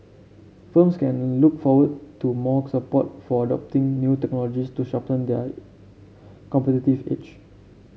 firms can look forward to more support for adopting new technologies to sharpen their competitive edge